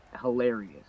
Hilarious